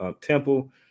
Temple